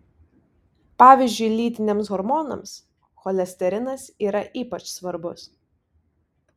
pavyzdžiui lytiniams hormonams cholesterinas yra ypač svarbus